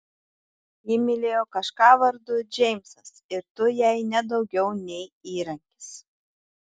ji mylėjo kažką vardu džeimsas ir tu jai ne daugiau nei įrankis